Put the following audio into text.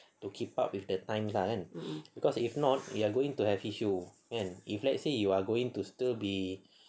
to keep up with the time lah kan cause if not you are going to have issues if let's say you are going to still be